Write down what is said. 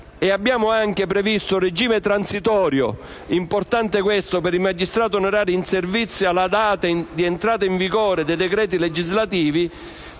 Abbiamo anche previsto un regime transitorio importante per i magistrati onorari in servizio alla data di entrata in vigore dei decreti legislativi,